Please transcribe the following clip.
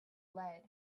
lead